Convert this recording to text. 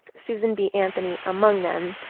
susan b. anthony among them,